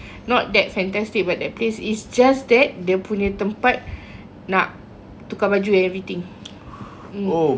not that fantastic about that place is just that dia punya tempat nak tukar baju and everything mm